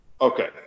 Okay